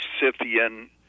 Scythian